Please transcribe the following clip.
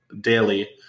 daily